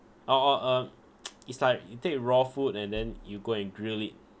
or or um it's like you take raw food and then you go and grill it